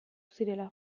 zirela